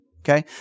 okay